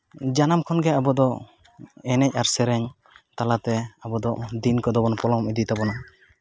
ᱡᱟᱱᱟᱢ ᱠᱷᱚᱱᱜᱮ ᱟᱵᱚᱫᱚ ᱮᱱᱮᱡ ᱟᱨ ᱥᱮᱨᱮᱧ ᱛᱟᱞᱟᱛᱮ ᱟᱵᱚᱫᱚ ᱫᱤᱱ ᱠᱚᱫᱚ ᱵᱚᱱ ᱯᱚᱞᱚᱢ ᱤᱫᱤ ᱛᱟᱵᱚᱱᱟ